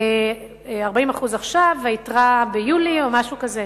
40% עכשיו והיתרה ביולי, או משהו כזה.